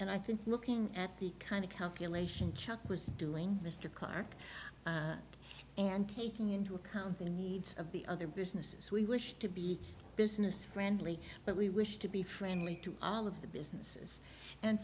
and i think looking at the kind of calculation chuck was doing mr clark and taking into account the needs of the other businesses we wish to be business friendly but we wish to be friendly to all of the businesses and